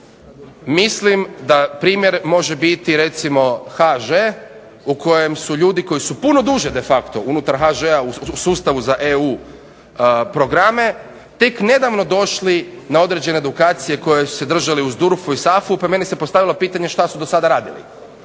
Mislim da primjer može biti recimo HŽ u kojem su ljudi koji su puno duže de facto unutar HŽ-a u sustavu za EU programe tek nedavno došli na određene edukacije koje su se održale u SDURF-u i SAF-u. Pa meni se postavilo pitanje šta su do sada radili?